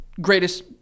greatest